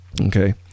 okay